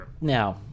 Now